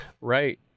Right